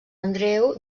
andreu